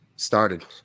started